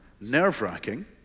Nerve-wracking